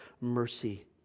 mercy